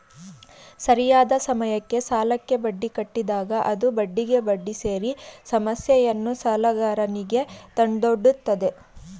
ಸರಿಯಾದ ಸಮಯಕ್ಕೆ ಸಾಲಕ್ಕೆ ಬಡ್ಡಿ ಕಟ್ಟಿದಾಗ ಅದು ಬಡ್ಡಿಗೆ ಬಡ್ಡಿ ಸೇರಿ ಸಮಸ್ಯೆಯನ್ನು ಸಾಲಗಾರನಿಗೆ ತಂದೊಡ್ಡುತ್ತದೆ